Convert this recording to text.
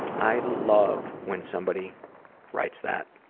i love when somebody writes that.